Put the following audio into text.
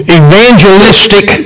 evangelistic